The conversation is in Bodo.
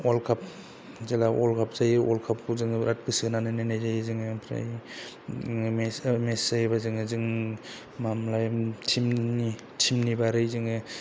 अवार्ल्द जेला अवार्ल्द काप जायो अवार्ल्द काप खौ जों बिराद गोसो होनानै नायनाय जायो जोङो ओमफ्राय मेसि जोयोबा जों मा होनो मोनलाय टिम नि बारै जोङो